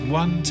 one